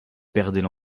perdait